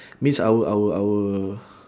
means our our our